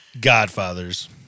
Godfather's